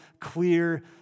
clear